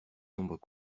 nombres